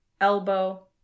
elbow